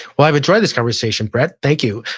well, i've enjoyed this conversation, brett, thank you.